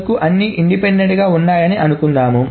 వరకు అన్ని ఇండిపెండెంట్ గా ఉన్నాయ్ అని అనుకుంటున్నాము